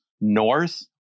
north